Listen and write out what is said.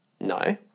no